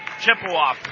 Chippewa